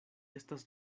estas